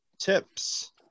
tips